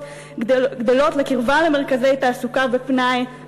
גדלות לקרבה למרכזי תעסוקה ופנאי,